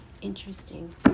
interesting